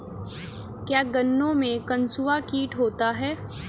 क्या गन्नों में कंसुआ कीट होता है?